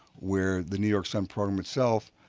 where the new york sun program itself